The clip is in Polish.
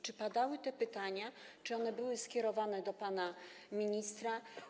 Czy padały pytania, czy one były skierowane do pana ministra?